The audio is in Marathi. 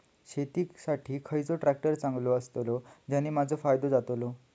शेती साठी खयचो ट्रॅक्टर चांगलो अस्तलो ज्याने माजो फायदो जातलो?